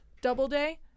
Doubleday